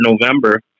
November